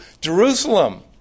Jerusalem